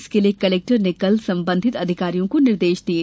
इसके लिये कलेक्टर ने कल संबंधित अधिकारियों को निर्देश दिये